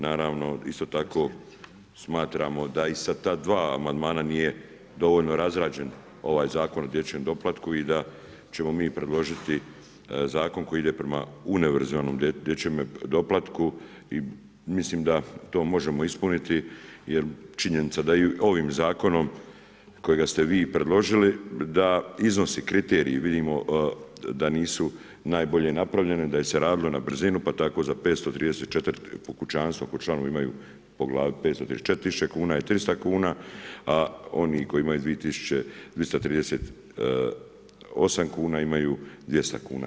Naravno isto tako smatramo da i sa ta dva amandmana nije dovoljno razrađen ovaj Zakon o dječjem doplatku i da ćemo mi predložiti zakon koji ide prema univerzalnom dječjem doplatku i mislim da to možemo ispuniti jer činjenica da i ovim zakonom kojega ste vi predložili da iznos i kriteriji, vidimo da nisu najbolje napravljeni, da se je radilo na brzinu pa tako za 534 kućanstva koju članovi imaju po glavi 543 tisuće kuna je 300 kuna a oni koji imaju 2238 kuna imaju 200 kuna.